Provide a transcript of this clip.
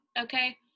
Okay